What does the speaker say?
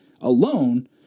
alone